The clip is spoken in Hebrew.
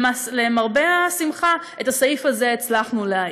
ולמרבה השמחה, את הסעיף הזה הצלחנו להעיף.